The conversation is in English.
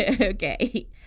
Okay